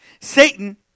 Satan